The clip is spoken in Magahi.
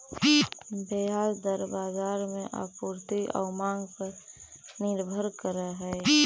ब्याज दर बाजार में आपूर्ति आउ मांग पर निर्भर करऽ हइ